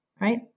Right